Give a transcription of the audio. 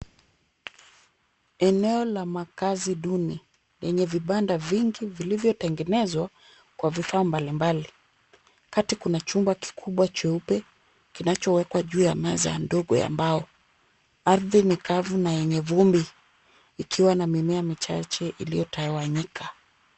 Eneo la makazi duni, yenye vibanda vingi vilivyotengenezwa kwa vifaa mbali mbali. Kati kuna chumba kikubwa cheupe, kinachowekwa juu ya meza ndogo ya mbao. Ardhi ni kavu na yenye vumbi ikiwa na mimea michache iliyotawanyika.